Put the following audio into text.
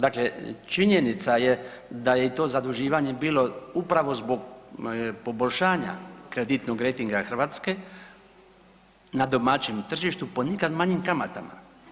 Dakle, činjenica je da je i to zaduživanje bilo upravo zbog poboljšanja kreditnog rejtinga Hrvatske na domaćem tržištu po nikad manjim kamatama.